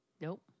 Nope